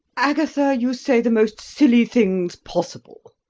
agatha, you say the most silly things possible.